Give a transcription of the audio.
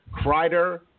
Kreider